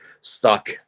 stuck